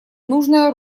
нужное